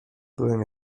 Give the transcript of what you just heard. byłem